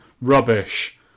Rubbish